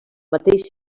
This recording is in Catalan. mateixa